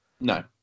No